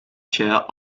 chair